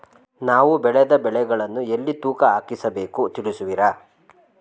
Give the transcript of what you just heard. ನಾವು ಬೆಳೆದ ಬೆಳೆಗಳನ್ನು ಎಲ್ಲಿ ತೂಕ ಹಾಕಿಸ ಬೇಕು ತಿಳಿಸುವಿರಾ?